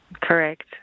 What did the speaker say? Correct